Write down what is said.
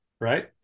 right